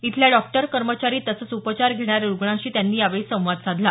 इथल्या डॉक्टर कर्मचारी तसंच उपचार घेणाऱ्या रूग्णांशी त्यांनी यावेळी संवाद साधला